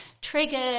triggered